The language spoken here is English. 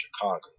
Chicago